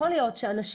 יכול להיות שאנשים,